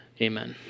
Amen